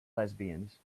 lesbians